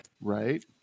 Right